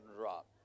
drop